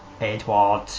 Edward